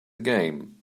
game